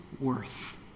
worth